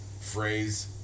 phrase